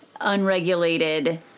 unregulated